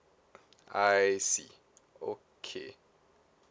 I see okay